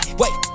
wait